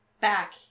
back